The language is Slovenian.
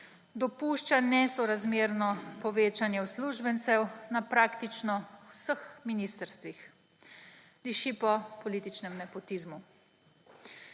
dopušča nesorazmerno povečanje uslužbencev na praktično vseh ministrstvih. Diši po političnem nepotizmu.